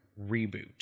reboot